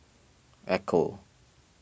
Ecco